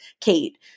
Kate